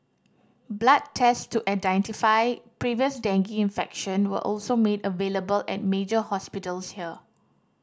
blood tests to identify previous dengue infection were also made available at major hospitals here